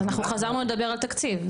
אז אנחנו חזרנו לדבר על תקציב.